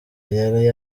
yari